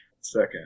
Second